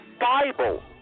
Bible